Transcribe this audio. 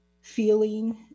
feeling